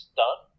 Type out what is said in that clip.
done